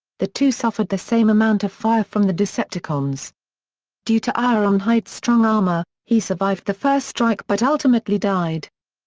the two suffered the same amount of fire from the decepticons due to ironhide's strong armor, he survived the first strike but ultimately died.